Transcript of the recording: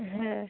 হ্যাঁ